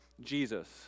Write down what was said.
Jesus